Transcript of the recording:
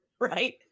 right